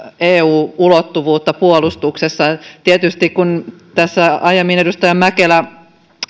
eu ulottuvuutta puolustuksessa tietysti kun aiemmin edustaja mäkelä